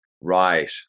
Right